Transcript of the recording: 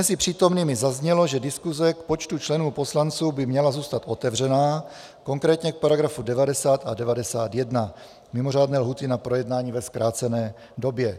Mezi přítomnými zaznělo, že diskuse k počtu členů poslanců by měla zůstat otevřená, konkrétně k § 90 a § 91 mimořádné lhůty na projednání ve zkrácené době.